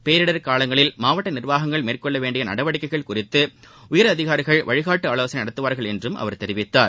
பேரிடர் காலங்களில் மாவட்ட நிர்வாகங்கள் மேற்கொள்ள வேண்டிய நடவடிக்கைகள் குறித்து உயர் அதிகாரிகள் வழிகாட்டு ஆலோசனை நடத்துவார்கள் என்றும் அவர் தெரிவித்தார்